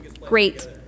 Great